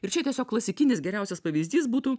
ir čia tiesiog klasikinis geriausias pavyzdys būtų